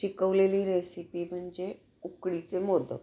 शिकवलेली रेसिपी म्हणजे उकडीचे मोदक